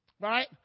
right